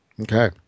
Okay